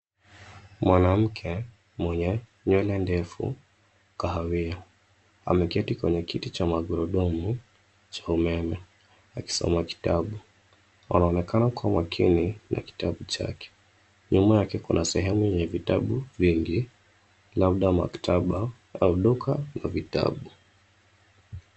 Mwanamke mwenye nywele ndefu kahawia. Ameketi kwenye kiti cha magurudumu cha umeme akisoma kitabu. Anaonekana kuwa makini na kitabu chake. Nyuma yake kuna sehemu ya vitabu vingi labda maktaba au duka na vitabu.